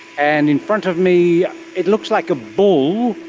and in front of me it looks like a bull,